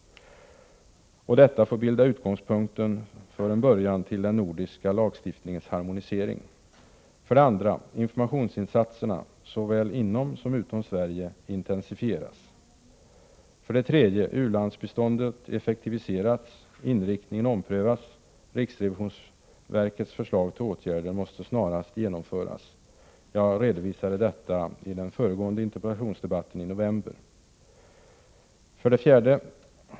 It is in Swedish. Detta får bilda utgångspunkten för en harmonisering av den nordiska lagstiftningen. 2. Informationsinsatserna, såväl inom som utom Sverige, måste intensifieras. 3. U-landsbiståndet måste effektiviseras. Inriktningen bör omprövas. Riksrevisionsverkets förslag till åtgärder måste snarast genomföras. Jag redovisade detta i den föregående interpellationsdebatten i november. 4.